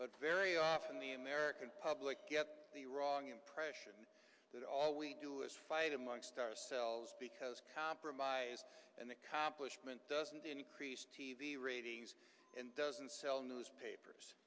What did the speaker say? but very often the american public get the wrong impression that all we do is fight amongst ourselves because compromise and accomplishment doesn't increase t v ratings and doesn't sell newspapers